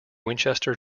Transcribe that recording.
winchester